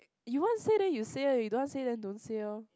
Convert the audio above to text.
you want say then you say ah you don't way say then don't say orh